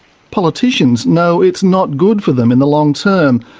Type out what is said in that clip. politicians know it's not good for them in the long term,